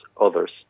others